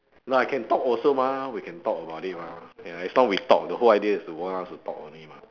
no I can talk also mah we can talk about it mah as long as we talk the whole idea is to want us to talk only mah